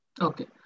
Okay